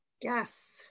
Yes